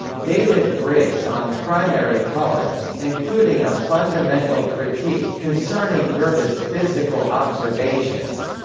david briggs on primary colours, including a fundamental critique concerning goethe's physical observations